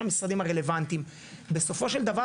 כל המשרדים הרלוונטיים ובסופו של דבר